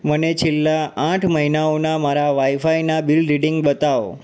મને છેલ્લા આઠ મહિનાઓના મારા વાઇફાઇના બિલ રીડિંગ બતાવો